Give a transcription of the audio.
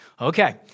Okay